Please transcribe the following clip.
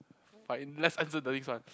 but eh let's answer the next one